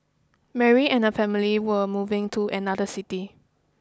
Mary and her family were moving to another city